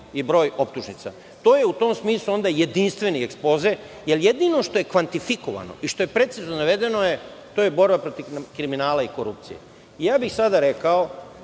i broj optužnica. To je u tom smislu onda jedinstveni ekspoze, jer jedino što je kvantifikovano i što je precizno navedeno, a to je borba protiv kriminala i korupcije. Sada bih rekao